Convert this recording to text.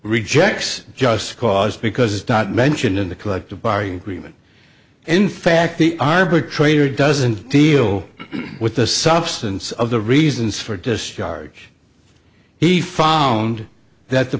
rejects just because because it's not mentioned in the collective bargaining agreement in fact the arbitrator doesn't deal with the substance of the reasons for discharge he found that the